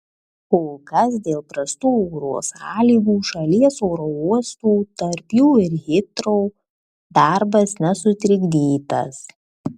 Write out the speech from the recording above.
kol kas dėl prastų oro sąlygų šalies oro uostų tarp jų ir hitrou darbas nesutrikdytas